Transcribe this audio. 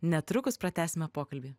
netrukus pratęsime pokalbį